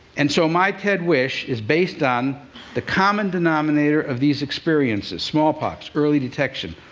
and so my ted wish is based on the common denominator of these experiences. smallpox early detection,